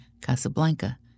Casablanca